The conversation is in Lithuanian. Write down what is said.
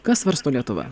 ką svarsto lietuva